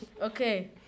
okay